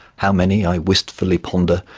how many, i wistfully ponder,